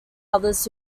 others